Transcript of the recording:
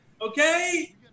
Okay